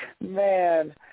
Man